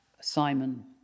Simon